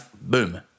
Boom